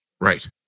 Right